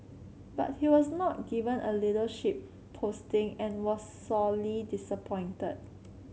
but he was not given a leadership posting and was sorely disappointed